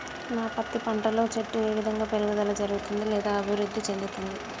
నా పత్తి పంట లో చెట్టు ఏ విధంగా పెరుగుదల జరుగుతుంది లేదా అభివృద్ధి చెందుతుంది?